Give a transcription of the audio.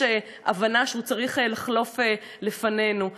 יש הבנה שהוא צריך לחלוף לפנינו.